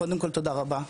קודם כול, תודה רבה.